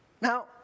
Now